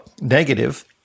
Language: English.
negative